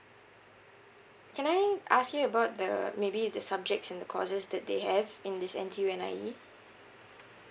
can I ask you about the maybe the subjects and the courses that they have in this N_T_U N_I_E